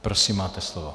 Prosím, máte slovo.